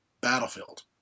battlefield